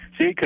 See